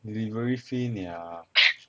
delivery fee nia